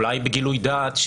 אולי בגילוי דעת,